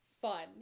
fun